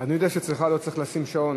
אני יודע שאצלך לא צריך לשים שעון,